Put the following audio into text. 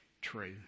true